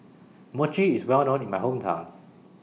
Mochi IS Well known in My Hometown